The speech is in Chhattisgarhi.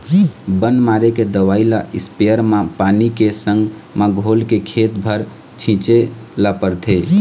बन मारे के दवई ल इस्पेयर म पानी के संग म घोलके खेत भर छिंचे ल परथे